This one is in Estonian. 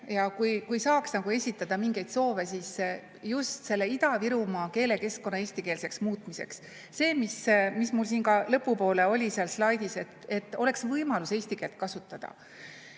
ja kui saaks esitada mingeid soove, siis just selle Ida-Virumaa keelekeskkonna eestikeelseks muutmiseks. See, mis mul siin ka lõpu poole oli seal slaidis, et oleks võimalus eesti keelt kasutada.